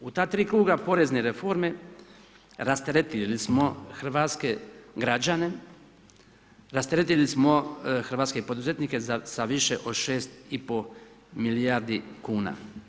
U ta tri kruga porezne reforme rasteretili smo hrvatske građane, rasteretili smo hrvatske poduzetnike sa više od 6,5 milijardi kuna.